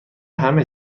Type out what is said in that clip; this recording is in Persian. همه